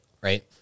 right